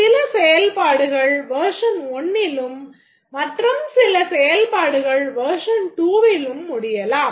சில செயல்பாடுகள் version 1லும் மற்றும் சில செயல்பாடுகள் version 2விலும் முடியலாம்